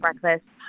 breakfast